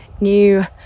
new